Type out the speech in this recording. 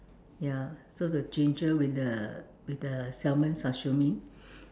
ya so is the ginger with the with salmon sashimi